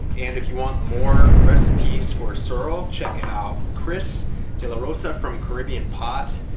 and if you want more recipes for sorrel, check it out. chris de la rosa from caribbean pot,